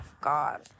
God